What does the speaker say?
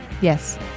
Yes